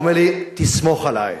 הוא אומר לי: תסמוך עלי,